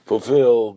Fulfill